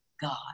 god